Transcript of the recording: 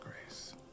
Grace